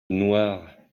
noire